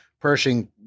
Pershing